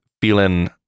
feeling